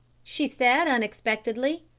she said unexpectedly.